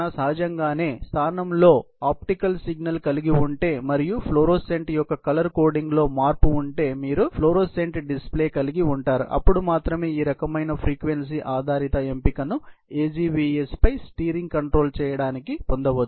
సహజంగానే మీరు స్థానంలో ఆప్టికల్ సిగ్నల్ కలిగి ఉంటే మరియు ఫ్లోరోసెంట్ యొక్క కలర్ కోడింగ్లో మార్పు ఉంటే మీరు ఫ్లోరోసెంట్ డిస్ప్లే కలిగిఉంటారు అప్పుడు మాత్రమే ఈ రకమైన ఫ్రీక్వెన్సీ ఆధారిత ఎంపికను AGVS పై స్టీరింగ్ కంట్రోల్ చేయడానికి పొందవచ్చు